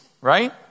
right